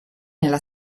nella